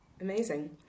Amazing